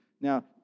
Now